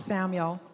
Samuel